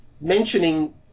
mentioning